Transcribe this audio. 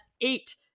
eight